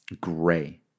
gray